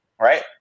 Right